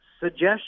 Suggestion